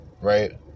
right